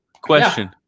question